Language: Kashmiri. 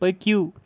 پٔکِو